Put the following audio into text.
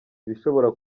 ibishobora